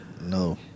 No